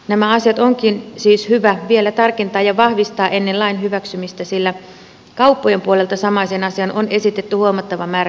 nämä asiat onkin siis hyvä vielä tarkentaa ja vahvistaa ennen lain hyväksymistä sillä kauppojen puolelta samaiseen asiaan on esitetty huomattava määrä kritiikkiä